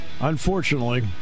Unfortunately